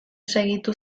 segitu